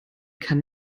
kann